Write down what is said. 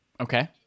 Okay